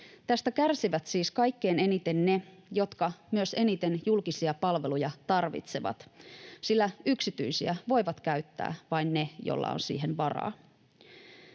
Tästä kärsivät siis kaikkein eniten ne, jotka myös eniten julkisia palveluja tarvitsevat, sillä yksityisiä voivat käyttää vain ne, joilla on siihen varaa.